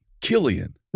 Killian